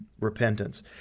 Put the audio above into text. repentance